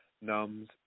numbs